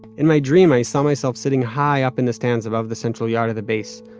in my dream, i saw myself sitting high up in the stands above the central yard of the base.